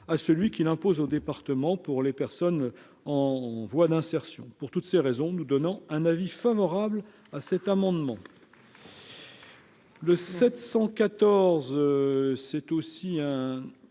à celui qu'il impose aux départements pour les personnes en voie d'insertion pour toutes ces raisons, nous donnant un avis favorable à cet amendement. Le 714 c'est aussi hein